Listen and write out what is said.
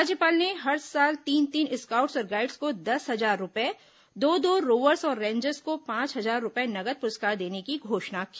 राज्यपाल ने हर साल तीन तीन स्काउट्स और गाईड्स को दस हजार रूपए दो दो रोवर्स और रेंजर्स को पांच हजार रूपए नगद पुरस्कार देने की घोषणा की